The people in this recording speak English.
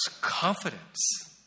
confidence